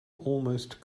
almost